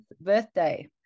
birthday